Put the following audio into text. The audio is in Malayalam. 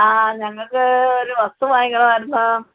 ആ ഞങ്ങൾക്ക് ഒരു വസ്തു വാങ്ങിക്കണമായിരുന്നു